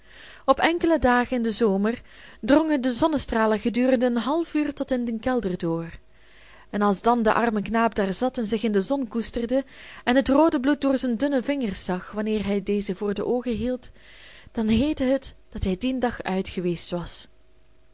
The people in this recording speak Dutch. op enkele dagen in den zomer drongen de zonnestralen gedurende een half uur tot in den kelder door en als dan de arme knaap daar zat en zich in de zon koesterde en het roode bloed door zijn dunne vingers zag wanneer hij deze voor de oogen hield dan heette het dat hij dien dag uit geweest was